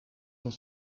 sont